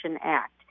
Act